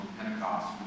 Pentecost